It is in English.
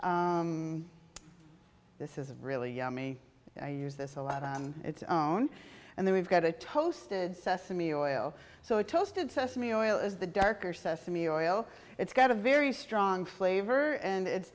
this is really yummy and i use this a lot on its own and then we've got a toasted sesame oil so toasted sesame oil is the darker sesame oil it's got a very strong flavor and it's